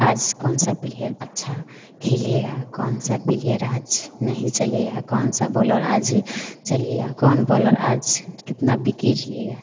आज कौन सा प्लियर अच्छा खेलेगा कौन सा प्लियर आज नहीं चलेगा कौन सा बॉलर आज चलेगा कौन बॉलर आज कितना बिकिट लेगा